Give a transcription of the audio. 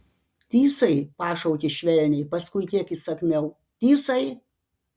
tysai pašaukė švelniai paskui kiek įsakmiau tysai